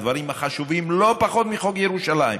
הדברים החשובים לא פחות מחוק ירושלים,